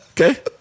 Okay